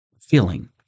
feeling